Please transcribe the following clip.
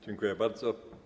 Dziękuję bardzo.